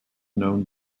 known